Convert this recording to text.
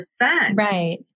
Right